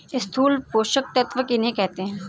स्थूल पोषक तत्व किन्हें कहते हैं?